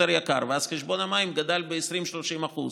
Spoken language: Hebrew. ואז חשבון המים גדל ב-20% 30%,